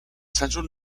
central